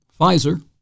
Pfizer